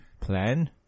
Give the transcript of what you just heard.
plan